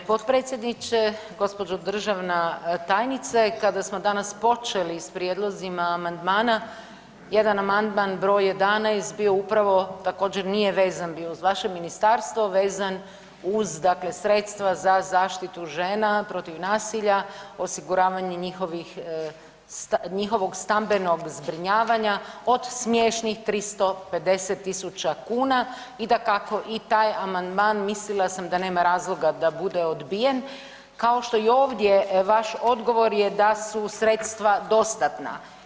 Gospodine potpredsjedniče, gospođo državna tajnice kada smo danas počeli s prijedlozima amandmana jedan amandman broj 11 bio upravo također nije vezan bio uz vaše ministarstvo vezan uz dakle sredstva za zaštitu žena protiv nasilja, osiguravanje njihovih, njihovog stambenog zbrinjavanja od smiješnih 350.000 kuna i dakako i taj amandman, mislila sam da nema razloga da bude odbijen, kao što i ovdje vaš odgovor je da su sredstva dostatna.